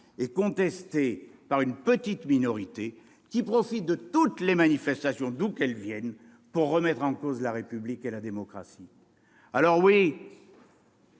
contesté par une petite minorité, qui profite de toutes les manifestations, d'où qu'elles viennent, pour remettre en cause la République et la démocratie. Alors oui,